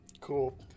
Cool